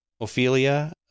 Ophelia